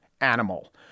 animal